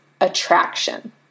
attraction